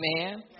Amen